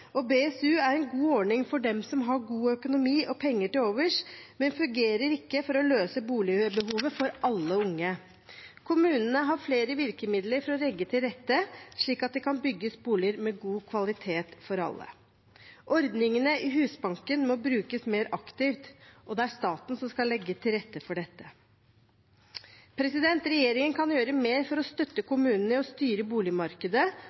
før. BSU er en god ordning for dem som har god økonomi og penger til overs, men fungerer ikke for å løse boligbehovet for alle unge. Kommunene har flere virkemidler for å legge til rette slik at det kan bygges boliger med god kvalitet for alle. Ordningene i Husbanken må brukes mer aktivt, og det er staten som skal legge til rette for dette. Regjeringen kan gjøre mer for å støtte kommunene i å styre boligmarkedet